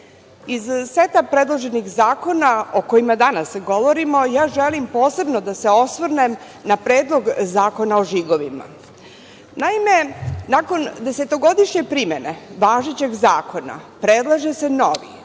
seta predloženih zakona, o kojima danas govorimo, ja želim posebno da se osvrnem na Predlog zakona o žigovima. Naime, nakon desetogodišnje primene važećeg zakona, predlaže se novi